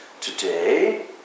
today